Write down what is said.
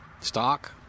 stock